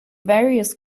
various